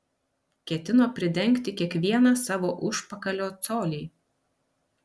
ketino pridengti kiekvieną savo užpakalio colį